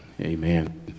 Amen